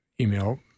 email